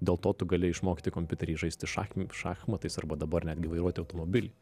dėl to tu gali išmokyti kompiuterį žaisti šahcmi šachmatais arba dabar netgi vairuoti automobilį